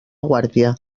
guàrdia